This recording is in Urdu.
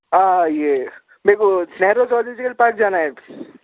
ہاں یہ میرے کو نہرو زولوجیکل پارک جانا ہے